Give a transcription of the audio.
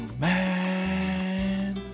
man